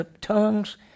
tongues